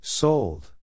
Sold